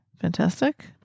fantastic